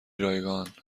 رایگان